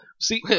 See